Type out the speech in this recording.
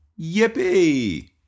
Yippee